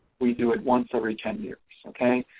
we do it once every ten years okay.